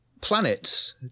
Planets